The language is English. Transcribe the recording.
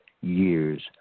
years